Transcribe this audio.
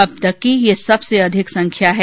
अब तक की ये सबसे अधिक संख्या है